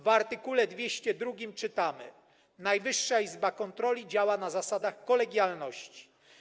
W art. 202 czytamy: Najwyższa Izba Kontroli działa na zasadach kolegialności.